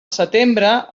setembre